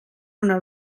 una